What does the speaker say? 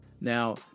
Now